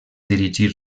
dirigir